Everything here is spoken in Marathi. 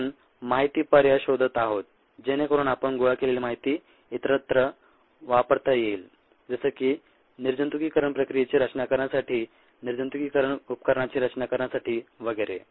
आपण माहिती पर्याय शोधत आहोत जेणेकरून आपण गोळा केलेली माहिती इतरत्र वापरता येईल जसे की निर्जंतुकीकरण प्रक्रियेची रचना करण्यासाठी निर्जंतुकीकरण उपकरणाची रचना करण्यासाठी वगैरे